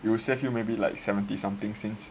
it will save you maybe like seventy something since